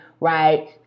Right